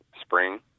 spring